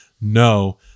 no